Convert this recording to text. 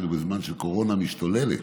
היינו בזמן של קורונה משתוללת.